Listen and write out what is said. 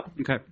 okay